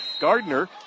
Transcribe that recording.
Gardner